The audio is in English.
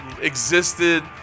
existed